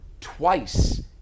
twice